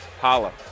Holla